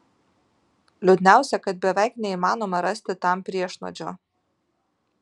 liūdniausia kad beveik neįmanoma rasti tam priešnuodžio